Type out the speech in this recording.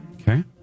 Okay